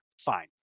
Fine